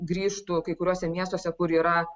grįžtų kai kuriuose miestuose kur yra